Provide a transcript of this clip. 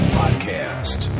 podcast